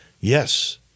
Yes